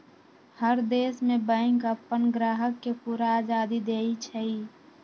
हर देश में बैंक अप्पन ग्राहक के पूरा आजादी देई छई